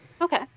Okay